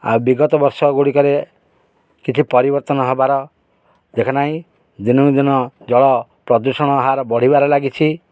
ଆଉ ବିଗତ ବର୍ଷ ଗୁଡ଼ିକରେ କିଛି ପରିବର୍ତ୍ତନ ହବାର ଦେଖେ ନାହିଁ ଦିନକୁ ଦିନ ଜଳ ପ୍ରଦୂଷଣ ହାର ବଢ଼ିବାରେ ଲାଗିଛି